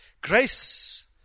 Grace